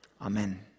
Amen